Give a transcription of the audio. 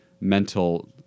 mental